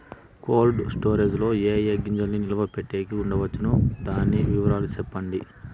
Cold storage లో ఏ ఏ గింజల్ని నిలువ పెట్టేకి ఉంచవచ్చును? దాని వివరాలు సెప్పండి?